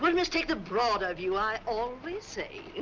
but must take the broader view i always say.